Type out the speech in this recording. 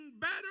better